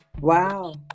Wow